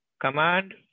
command